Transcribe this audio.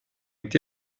été